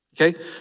Okay